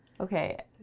Okay